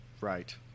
Right